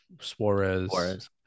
Suarez